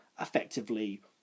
effectively